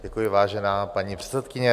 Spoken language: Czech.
Děkuji, vážená paní předsedkyně.